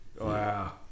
Wow